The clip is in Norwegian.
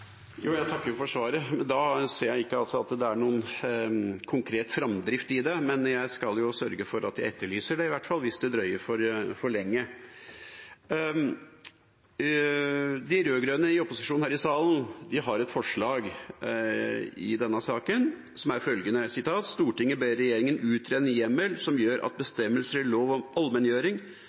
Jeg takker for svaret. Jeg ser ikke at det er noen konkret framdrift, men jeg skal sørge for at vi i hvert fall etterlyser det hvis det drøyer for lenge. Den rød-grønne opposisjonen her i salen har et forslag i denne saken, som er følgende: «Stortinget ber regjeringen utrede en hjemmel som gjør at bestemmelser i lov om allmenngjøring,